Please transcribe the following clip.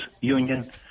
...union